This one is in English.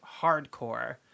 hardcore